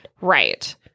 Right